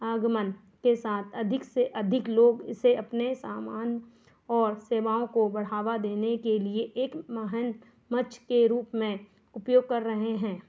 आगमन के साथ अधिक से अधिक लोग इसे अपने सामान और सेवाओं को बढ़ावा देने के लिए एक महान मच्छ के रूप में उपयोग कर रहे हैं